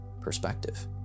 perspective